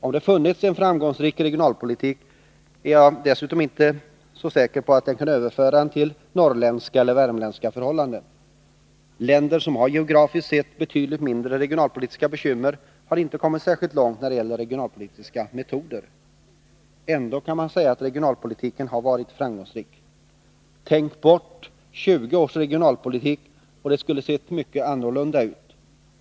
Om det funnits en framgångsrik regionalpolitik är jag dessutom inte så säker på att den kunde överföras till norrländska eller värmländska förhållanden. Länder som geografiskt sett har betydligt mindre regionalpolitiska bekymmer har inte kommit särskilt långt när det gäller regionalpolitiska metoder. Ändå kan man säga att regionalpolitiken har varit framgångsrik. Tänk bort 20 års regionalpolitik, och det skulle ha sett mycket annorlunda ut.